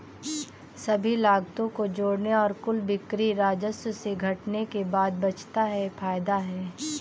सभी लागतों को जोड़ने और कुल बिक्री राजस्व से घटाने के बाद बचता है फायदा है